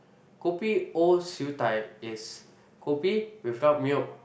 kopi O Siew -Dai is kopi without milk